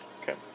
Okay